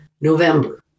November